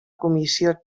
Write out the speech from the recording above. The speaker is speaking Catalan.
comissió